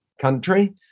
country